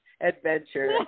adventure